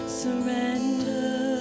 surrender